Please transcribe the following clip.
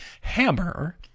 hammer